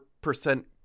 percent